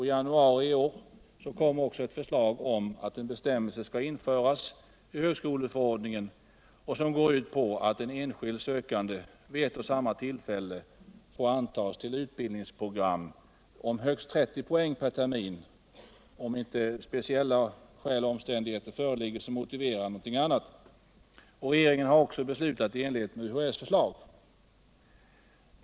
I januari i år kom också ett förslag om att en bestämmelse skall införas i högskoleförordningen om att en enskild sökande vid ett och samma tillfälle får antas till utbildningsprogram om högst 30 poäng per termin, om inte speciella omständigheter föreligger som motiverar någonting annat. Regeringen har också beslutat i enlighet med UHÄ:s förslag.